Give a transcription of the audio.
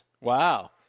Wow